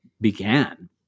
began